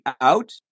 out